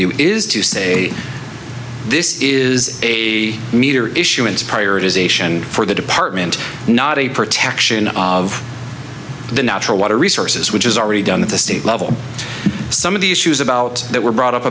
you is to say this is a meter issuance prioritization for the department not a protection of the natural water resources which is already done at the state level some of the issues about that were brought up